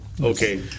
Okay